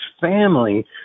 family